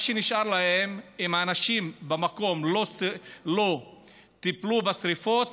אם האנשים במקום לא טיפלו בשרפות,